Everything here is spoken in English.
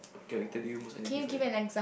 character do you most identified with